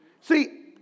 See